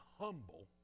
humble